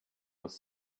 was